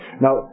Now